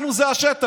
אנחנו זה השטח.